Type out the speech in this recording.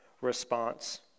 response